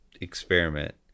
experiment